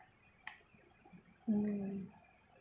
hmm